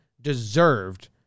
deserved